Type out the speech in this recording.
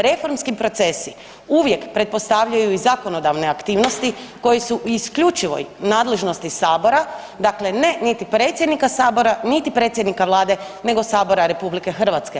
Reformski procesi uvijek pretpostavljaju i zakonodavne aktivnosti koji su u isključivoj nadležnosti sabora, dakle ne niti predsjednika sabora, niti predsjednika vlade, nego sabora RH.